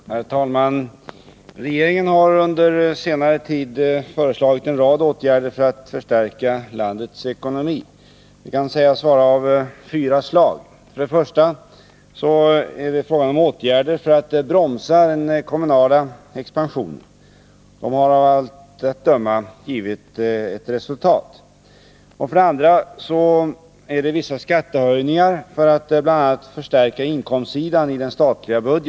Herr talman! Regeringen har under senare tid föreslagit en rad åtgärder för att förstärka landets ekonomi. De kan sägas vara av fyra slag: 1. Åtgärder för att bromsa den kommunala expansionen. De har av allt att döma givit resultat.